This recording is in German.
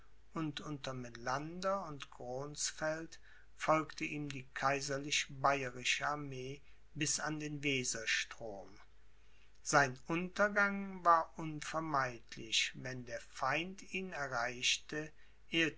und unter melander und gronsfeld folgte ihm die kaiserlichbayerische armee bis an den weserstrom sein untergang war unvermeidlich wenn der feind ihn erreichte